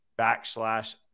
backslash